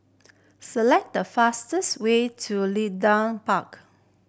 select the fastest way to Leedon Park